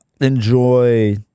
enjoy